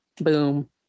boom